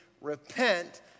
Repent